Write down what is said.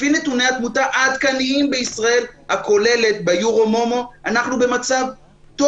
לפי נתוני התמותה העדכניים בישראל הכוללת ב-EuroMOMO אנחנו במצב טוב.